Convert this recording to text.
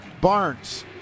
barnes